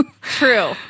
True